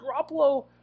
Garoppolo